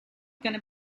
gonna